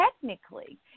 technically